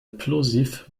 plosiv